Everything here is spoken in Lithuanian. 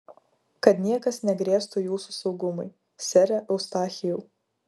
kad niekas negrėstų jūsų saugumui sere eustachijau